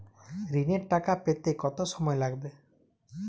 ঋণের টাকা পেতে কত সময় লাগবে?